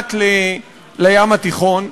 מאילת לים התיכון.